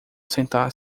sentar